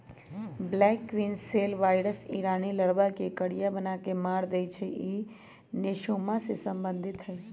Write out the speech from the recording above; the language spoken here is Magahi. ब्लैक क्वीन सेल वायरस इ रानी लार्बा के करिया बना के मार देइ छइ इ नेसोमा से सम्बन्धित हइ